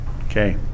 Okay